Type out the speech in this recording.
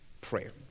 prayer